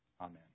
amen